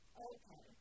okay